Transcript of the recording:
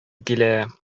килә